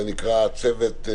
צוות.